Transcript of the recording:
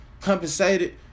compensated